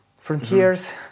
Frontiers